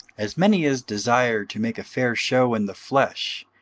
as many as desire to make a fair shew in the flesh,